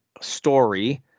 story